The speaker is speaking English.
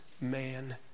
man